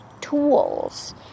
tools